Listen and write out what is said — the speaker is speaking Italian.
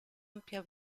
ampia